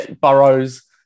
burrows